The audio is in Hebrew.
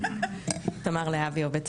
תמר להבי, עובדת